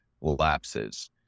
lapses